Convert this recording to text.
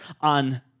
on